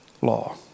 law